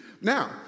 Now